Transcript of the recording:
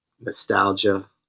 nostalgia